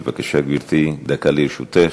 בבקשה, גברתי, דקה לרשותך.